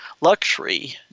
luxury